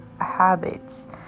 habits